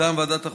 מטעם ועדת החוקה,